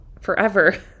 forever